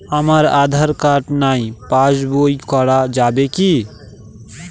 আমার আঁধার কার্ড নাই পাস বই করা যাবে কি?